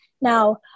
Now